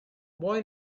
boy